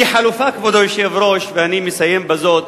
כחלופה, כבוד היושב-ראש, ואני מסיים בזאת,